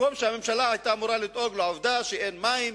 במקום שהממשלה היתה אמורה לדאוג מהעובדה שאין מים,